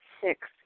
Six